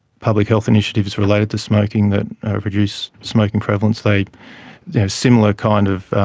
public health initiatives related to smoking that reduce smoking prevalence, like similar kind of